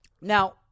Now